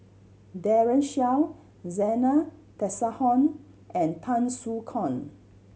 Daren Shiau Zena Tessensohn and Tan Soo Khoon